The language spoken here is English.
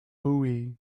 hooey